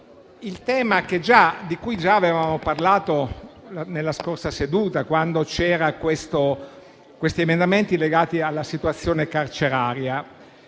il tema di cui già avevamo parlato nella scorsa seduta, quando abbiamo esaminato gli emendamenti legati alla situazione carceraria.